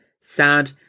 sad